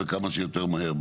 וכמה שיותר מהר,